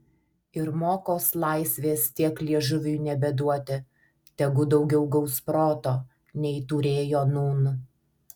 ir mokos laisvės tiek liežuviui nebeduoti tegu daugiau gaus proto nei turėjo nūn